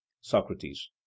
Socrates